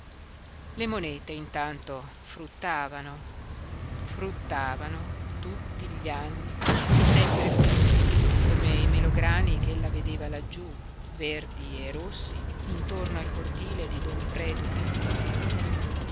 le monete intanto fruttavano fruttavano tutti gli anni sempre piú come i melograni che ella vedeva laggiú verdi e rossi intorno al cortile di don predu pintor